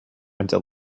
until